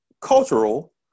cultural